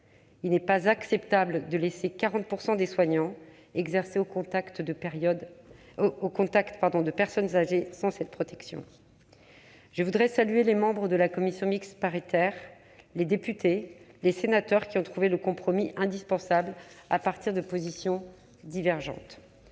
Il n'est pas acceptable de laisser 40 % des soignants exercer au contact de personnes âgées sans cette protection. Je voudrais saluer les membres de la commission mixte paritaire, les députés et les sénateurs, qui ont trouvé le compromis indispensable à partir de positions divergentes.